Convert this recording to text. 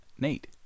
Nate